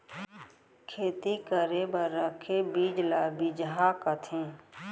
खेती करे बर रखे बीज ल बिजहा कथें